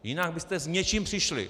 Jinak byste s něčím přišli.